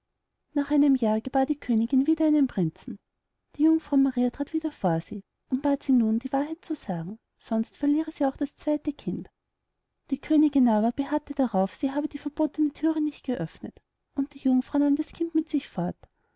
nach einem jahr gebar die königin wieder einen prinzen die jungfrau maria trat wieder vor sie und bat sie nun die wahrheit zu sagen sonst verliere sie auch das zweite kind die königin aber beharrte darauf sie habe die verbotene thür nicht geöffnet und die jungfrau nahm das kind mit sich fort